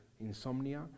insomnia